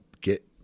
get